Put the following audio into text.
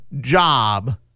job